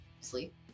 Sleep